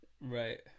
Right